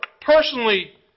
personally